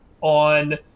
on